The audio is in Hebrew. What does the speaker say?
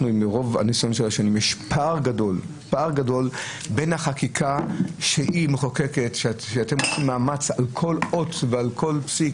יש פער גדול בין החקיקה שאתם עושים מאמץ לכתוב כל אות ועל כל פסיק,